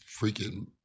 freaking